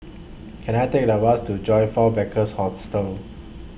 Can I Take A Bus to Joyfor Backpackers' Hostel